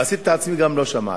עשיתי את עצמי גם שלא שמעתי.